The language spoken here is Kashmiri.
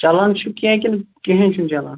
چلان چھُو کیٚنٛہہ کِنہٕ کِہیٖنٛۍ چھُنہٕ چَلان